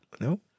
No